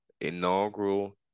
inaugural